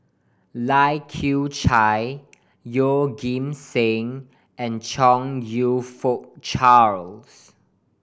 Lai Kew Chai Yeoh Ghim Seng and Chong You Fook Charles